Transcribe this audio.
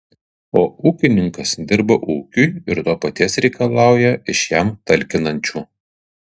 o ūkininkas dirba ūkiui ir to paties reikalauja iš jam talkinančių